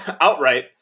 outright